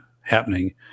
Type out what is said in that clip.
happening